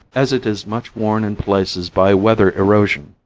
as it is much worn in places by weather erosion.